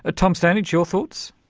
ah tom standage, your thoughts?